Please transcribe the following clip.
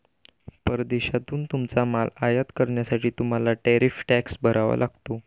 परदेशातून तुमचा माल आयात करण्यासाठी तुम्हाला टॅरिफ टॅक्स भरावा लागतो